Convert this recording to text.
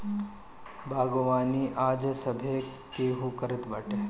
बागवानी आज सभे केहू करत बाटे